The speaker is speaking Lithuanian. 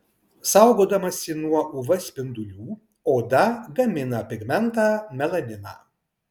saugodamasi nuo uv spindulių oda gamina pigmentą melaniną